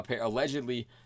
allegedly